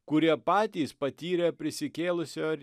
kurie patys patyrė prisikėlusiojo